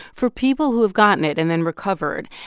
for people who have gotten it and then recovered,